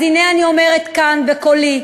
אז הנה אני אומרת כאן בקולי,